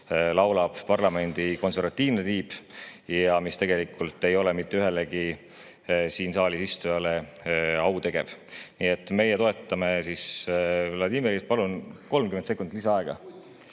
laulab parlamendi konservatiivne tiib ja mis tegelikult ei ole mitte ühelegi siin saalis istujale au tegev. Nii et meie toetame Vladimirit. Palun 30 sekundit lisaaega.